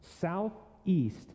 southeast